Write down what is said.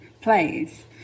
plays